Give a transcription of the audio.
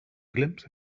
glimpse